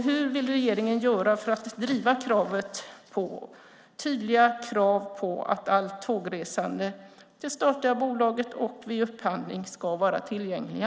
Hur vill regeringen göra för att driva tydliga krav på att allt tågresande med det statliga bolaget och det som upphandlas ska vara tillgängligt?